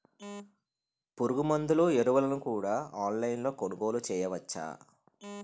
పురుగుమందులు ఎరువులను కూడా ఆన్లైన్ లొ కొనుగోలు చేయవచ్చా?